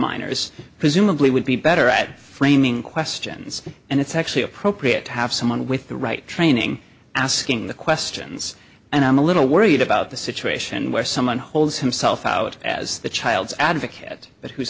minors presumably would be better at framing questions and it's actually appropriate to have someone with the right training asking the questions and i'm a little worried about the situation where someone holds himself out as the child's advocate but who's